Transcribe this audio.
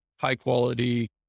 high-quality